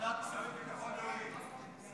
ועדת כספים.